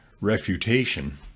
refutation